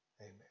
Amen